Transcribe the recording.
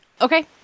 okay